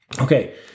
Okay